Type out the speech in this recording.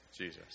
Jesus